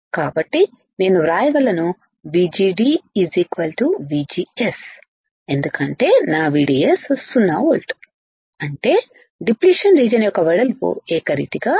కాబట్టి నేను వ్రాయగలను VGD VGS ఎందుకంటే నా VDS 0 వోల్ట్ అంటేడిప్లిషన్ రీజియన్ యొక్క వెడల్పు ఏకరీతిగా ఉంటుంది